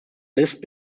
lisp